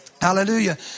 Hallelujah